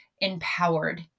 empowered